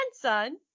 grandson